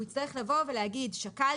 הוא יצטרך לבוא ולהגיד 'שקלתי,